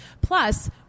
Plus